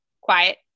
quiet